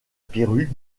perruque